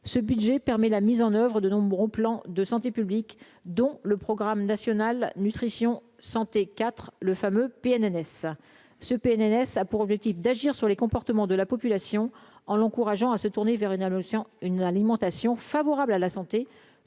ce budget permet la mise en oeuvre de nombreux plans de santé publique, dont le programme national nutrition santé IV le fameux PNNS ce PNNS a pour objectif d'agir sur les comportements de la population en l'encourageant à se tourner vers une allocution une alimentation favorable à la santé